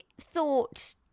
thought